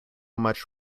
much